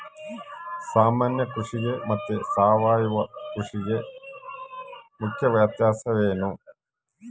ಸಾಮಾನ್ಯ ಕೃಷಿಗೆ ಮತ್ತೆ ಸಾವಯವ ಕೃಷಿಗೆ ಇರುವ ಮುಖ್ಯ ವ್ಯತ್ಯಾಸ ಏನು?